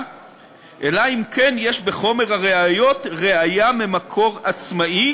אלא אם כן יש בחומר הראיות ראיה ממקור עצמאי